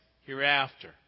hereafter